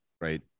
Right